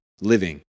living